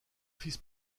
fils